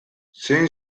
zein